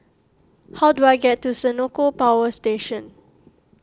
how do I get to Senoko Power Station